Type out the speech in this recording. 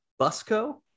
Busco